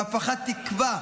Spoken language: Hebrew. בהפחת תקווה,